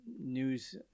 news –